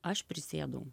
aš prisėdau